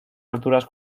alturas